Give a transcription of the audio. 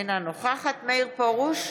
אינה נוכחת מאיר פרוש,